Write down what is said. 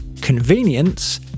convenience